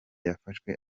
yafashwe